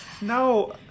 No